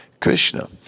Krishna